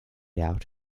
out